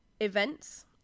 events